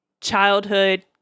childhood